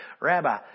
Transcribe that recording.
rabbi